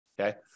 Okay